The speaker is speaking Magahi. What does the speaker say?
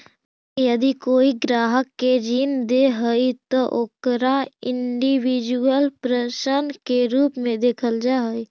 बैंक यदि कोई ग्राहक के ऋण दे हइ त ओकरा इंडिविजुअल पर्सन के रूप में देखल जा हइ